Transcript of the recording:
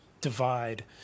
divide